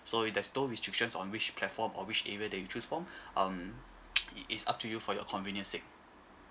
so it there's no restrictions on which platform or which area that you choose from um it it's up to you for your convenience sake